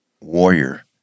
warrior